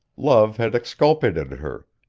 love had exculpated her.